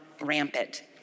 rampant